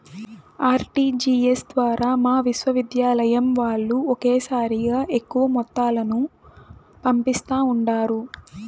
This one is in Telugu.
ఆర్టీజీఎస్ ద్వారా మా విశ్వవిద్యాలయం వాల్లు ఒకేసారిగా ఎక్కువ మొత్తాలను పంపిస్తా ఉండారు